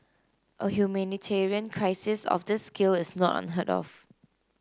a humanitarian crisis of this scale is not unheard of